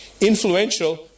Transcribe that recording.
influential